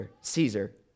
Caesar